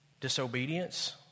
disobedience